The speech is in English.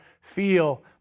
feel